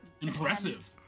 Impressive